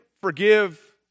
forgive